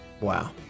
Wow